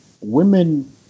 women